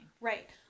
Right